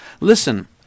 Listen